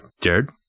Jared